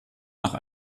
nach